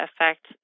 affect